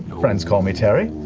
friends call me tary.